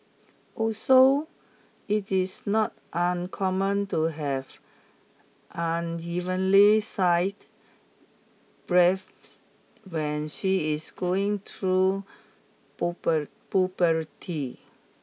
also it is not uncommon to have unevenly sight breath when she is going through puberty